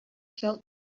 felt